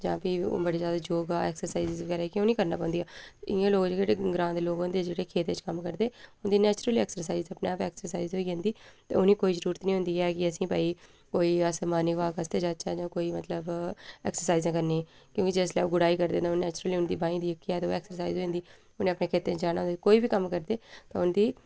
जां फ्ही बड़े जैदा योग ऐक्सरसाइज जेह्की उ'नें ई करनें पौंदी ऐ इ'यां लोक जेह्ड़े ग्रांऽ दे लोक होंदे खेत्तें च कम्म करदे उं'दी नैचुरली ऐक्सरसाइज अपनै आप ऐक्सरसाइज होई जंदी ते उ'नें ई कोई जरूरत निं होंदी ऐ की असें ई भाई कोई अस मार्निंग वाक आस्तै जाह्चै जां कोई मतलब ऐक्ससाइज करनी क्योंकि जिसलै ओह् गुडाई करदे न नैचुरली उं'दी बांहें दी केह् आखदे ऐक्सरसाइज होई जंदी उ'नें अपने खेत्ते च जाना कोई बी कम्म करदे उं'दी